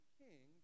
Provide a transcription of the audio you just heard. king